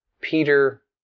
Peter